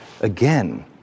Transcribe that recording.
again